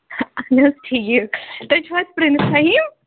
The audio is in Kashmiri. نہٕ حظ ٹھیٖک تُہۍ چھِو حظ پِرٛنٕس فہیم